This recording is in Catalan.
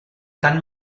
cant